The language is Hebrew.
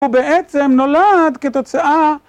הוא בעצם נולד כתוצאה